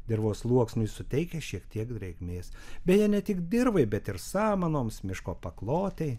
dirvos sluoksniui suteikia šiek tiek drėgmės beje ne tik dirvai bet ir samanoms miško paklotei